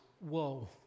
whoa